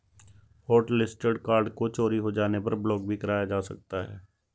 hotlisted card को चोरी हो जाने पर ब्लॉक भी कराया जा सकता है